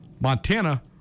Montana